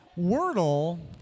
Wordle